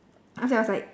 after that I was like